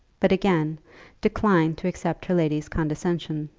but again declined to accept her lady's condescension.